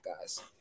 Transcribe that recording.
guys